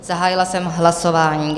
Zahájila jsem hlasování.